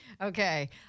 Okay